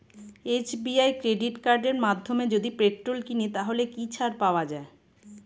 SBI credit কার্ডের মাধ্যমে যদি পেট্রোল কিনি তাহলে কি ছাড় পাওয়া যায়?